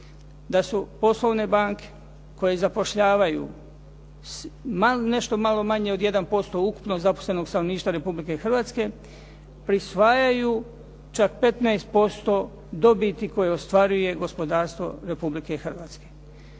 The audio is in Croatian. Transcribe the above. da su poslovne banke koje zapošljavaju nešto malo manje od 1% ukupno zaposlenog stanovništva Republike Hrvatske prisvajaju čak 15% dobiti koju ostvaruje gospodarstvo Republike Hrvatske.